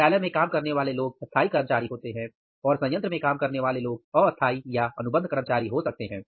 कार्यालय में काम करने वाले लोग स्थाई कर्मचारी होते हैं और संयंत्र में काम करने वाले लोग अस्थाई या अनुबंध कर्मचारी हो सकते हैं